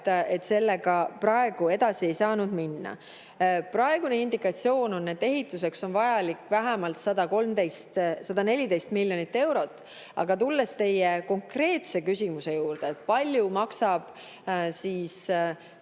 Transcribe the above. et sellega praegu edasi ei saanud minna. Praegune indikatsioon on, et ehituseks on vaja vähemalt 114 miljonit eurot. Aga tulles teie konkreetse küsimuse juurde, kui palju maksab